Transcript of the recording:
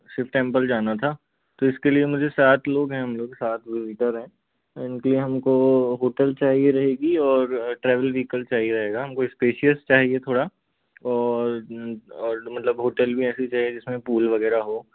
Shiv temple जाना था तो इसके लिए मुझे सात लोग हैं हम लोग सात विज़िटर हैं इनके लिए हमको होटल चाहिए रहेगी और ट्रैवल व्हीकल चाहिए रहेगा हमको स्पेशियस चाहिए थोड़ा और और मतलब होटल भी ऐसी चाहिए जिसमें पूल वगैरह हो